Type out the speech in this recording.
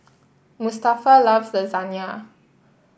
Mustafa loves Lasagne